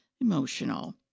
emotional